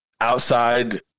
outside